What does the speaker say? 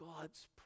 God's